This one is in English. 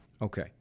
Okay